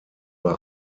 bei